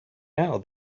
now